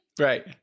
Right